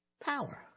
power